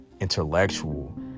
intellectual